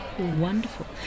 Wonderful